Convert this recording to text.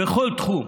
בכל תחום,